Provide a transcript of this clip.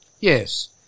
Yes